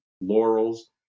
laurels